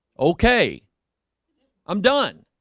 okay i'm done